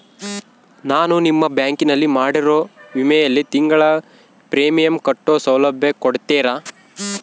ನಾನು ನಿಮ್ಮ ಬ್ಯಾಂಕಿನಲ್ಲಿ ಮಾಡಿರೋ ವಿಮೆಯಲ್ಲಿ ತಿಂಗಳ ಪ್ರೇಮಿಯಂ ಕಟ್ಟೋ ಸೌಲಭ್ಯ ಕೊಡ್ತೇರಾ?